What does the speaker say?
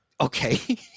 okay